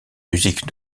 musique